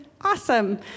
awesome